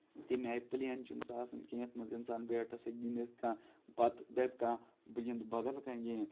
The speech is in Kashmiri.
تَمہِ آیہِ پٕلین چھُ نہٕ آسان کینہہ یَتھ منٛز انسان بیٹس سۭتۍ گِندتھ کانٛہہ پَتہٕ دَپپہِ کانہہ بہٕ گندٕ بدل کانہہ گیم